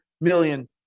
million